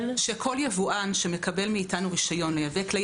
שכל יבואן שמקבל מאיתנו רישיון לייבא כלי